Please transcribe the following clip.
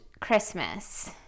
Christmas